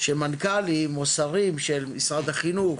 שמנכ"לים או שרים של משרד החינוך,